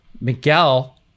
Miguel